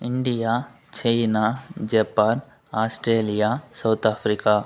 India China Japan Australia South Africa